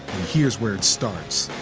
here's where it starts.